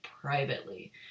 privately